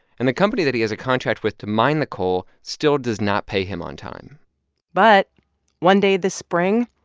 and the company that he has a contract with to mine the coal still does not pay him on time but one day this spring,